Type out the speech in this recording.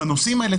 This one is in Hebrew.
בנושאים האלה,